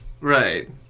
Right